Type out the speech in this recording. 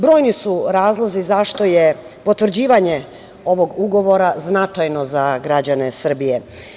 Brojni su razlozi zašto je potvrđivanje ovog ugovora značajno za građane Srbije.